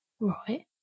Right